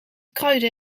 kruiden